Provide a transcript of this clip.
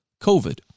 COVID